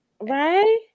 Right